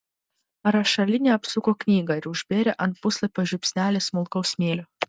rašalinė apsuko knygą ir užbėrė ant puslapio žiupsnelį smulkaus smėlio